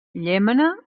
llémena